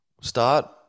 start